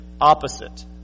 opposite